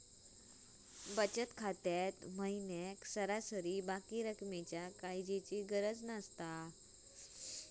बचत खात्यात महिन्याक सरासरी बाकी रक्कमेच्या काळजीची गरज नसता